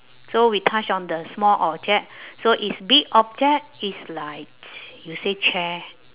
so we touch on the small object so if big object it's like you say chair